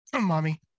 mommy